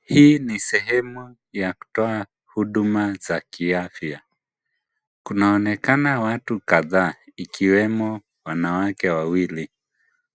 Hii ni sehemu ya kutoa huduma za kiafya. Kunaonekana watu kadhaa, ikiwemo wanawake wawili.